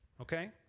okay